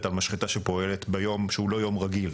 על משחטה שפועלת ביום שהוא לא יום רגיל.